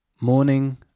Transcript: Morning